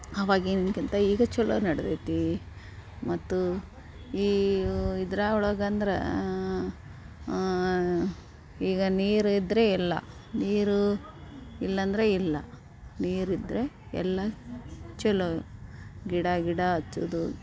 ಅವಾಗಿನ್ಕಿಂತ ಈಗ ಚಲೋ ನಡೆದೈತಿ ಮತ್ತು ಇವು ಇದ್ರೆ ಒಳಗಂದ್ರೆ ಈಗ ನೀರು ಇದ್ದರೆ ಎಲ್ಲ ನೀರು ಇಲ್ಲಾಂದ್ರೆ ಇಲ್ಲ ನೀರಿದ್ದರೆ ಎಲ್ಲ ಚಲೋ ಗಿಡ ಗಿಡ ಹಚ್ಚೊದು